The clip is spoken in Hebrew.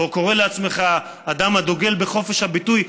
או קורא לעצמך אדם הדוגל בחופש הביטוי,